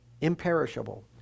imperishable